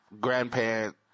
grandparents